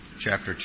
chapter